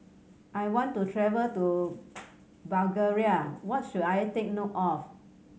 I want to travel to Bulgaria What should I take note of